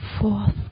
fourth